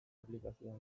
aplikazioan